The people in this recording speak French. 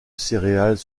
céréales